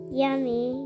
yummy